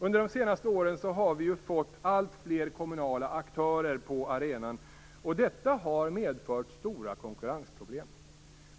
Under de senaste åren har vi ju fått alltfler kommunala aktörer på arenan, och detta har medfört stora konkurrensproblem.